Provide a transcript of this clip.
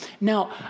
Now